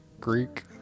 Greek